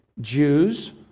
Jews